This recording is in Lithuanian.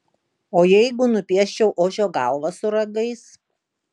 o jeigu nupieščiau ožio galvą su ragais